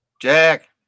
Jack